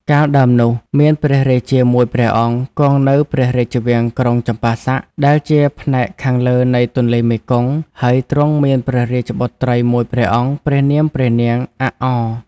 កាលដើមនោះ មានព្រះរាជាមួយព្រះអង្គ គង់នៅព្រះរាជវាំងក្រុងចម្ប៉ាស័ក ដែលជាផ្នែកខាងលើ នៃទន្លេមេគង្គ ហើយទ្រង់មានព្រះរាជបុត្រីមួយព្រះអង្គ ព្រះនាមព្រះនាង "អាក់អ"។